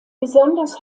besonders